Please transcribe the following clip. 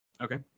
Okay